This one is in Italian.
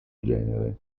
genere